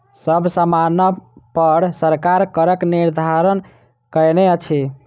सब सामानपर सरकार करक निर्धारण कयने अछि